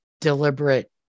deliberate